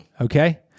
okay